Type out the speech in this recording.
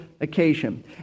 occasion